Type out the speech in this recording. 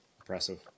Impressive